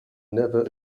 never